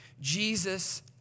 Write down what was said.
Jesus